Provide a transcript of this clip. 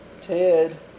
Ted